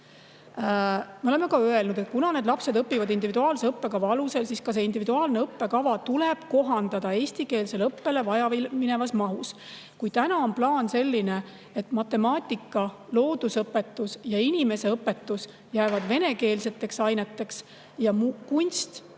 Me oleme öelnud, et kuna need lapsed õpivad individuaalse õppekava alusel, siis ka see individuaalne õppekava tuleb vajaminevas mahus kohandada eestikeelsele õppele. Kui täna on plaan selline, et matemaatika, loodusõpetus ja inimeseõpetus jäävad venekeelseteks aineteks ja kunst,